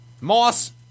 Moss